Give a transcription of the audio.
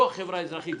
זו חברה אזרחית.